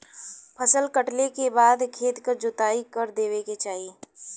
फसल कटले के बाद खेत क जोताई कर देवे के चाही